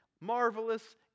marvelous